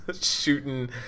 shooting